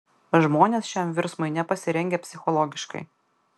žmonės šiam virsmui nepasirengę psichologiškai